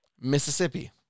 Mississippi